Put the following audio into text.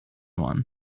one